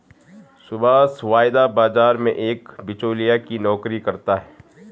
सुभाष वायदा बाजार में एक बीचोलिया की नौकरी करता है